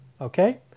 Okay